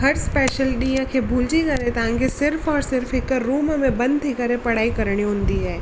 हर स्पेशल ॾींहं भूलजी करे तव्हांखे सिर्फ़ और सिर्फ़ हिक रूम में बंदि थी करे पढ़ाई करिणी हूंदी आहे